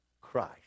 Christ